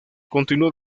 continuó